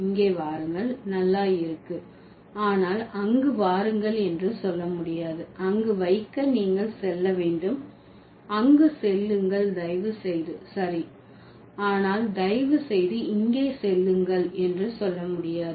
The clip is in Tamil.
இங்கே வாருங்கள் நல்லா இருக்கு ஆனால் அங்கு வாருங்கள் என்று சொல்ல முடியாது அங்கு வைக்க நீங்கள் செல்ல வேண்டும் அங்கு செல்லுங்கள் தயவு செய்து சரி ஆனால் தயவு செய்து இங்கே செல்லுங்கள் என்று சொல்ல முடியாது